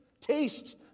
taste